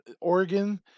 Oregon